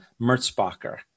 Mertzbacher